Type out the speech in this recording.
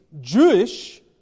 Jewish